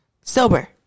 sober